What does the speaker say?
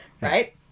Right